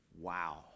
wow